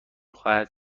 خواهد